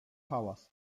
hałas